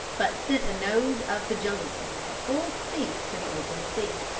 but sent the nose of the jungle queen at full speed for the open sea.